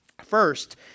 First